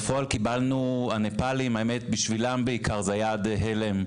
עבור הנפאלים הטיפול הסיעודי היה די הלם,